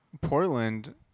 portland